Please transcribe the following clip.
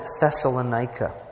Thessalonica